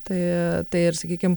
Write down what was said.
tai tai ir sakykim